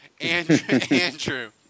Andrew